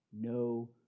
no